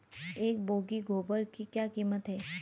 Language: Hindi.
एक बोगी गोबर की क्या कीमत है?